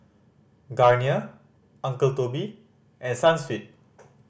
Garnier Uncle Toby and Sunsweet